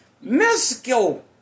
Mexico